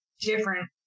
different